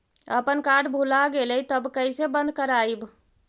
अपन कार्ड भुला गेलय तब कैसे बन्द कराइब?